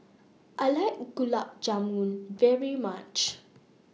I like Gulab Jamun very much